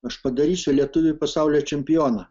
aš padarysiu lietuvį pasaulio čempioną